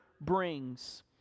brings